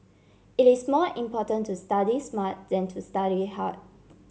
it is more important to study smart than to study hard